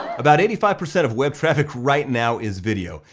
about eighty five percent of web traffic right now is video,